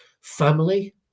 family